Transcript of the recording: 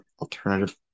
alternative